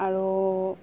আৰু